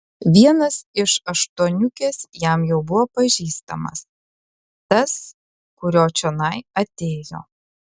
vienas iš aštuoniukės jam jau buvo pažįstamas tas kurio čionai atėjo